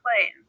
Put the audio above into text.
plane